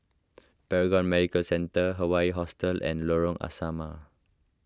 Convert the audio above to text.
Paragon Medical Centre Hawaii Hostel and Lorong Asrama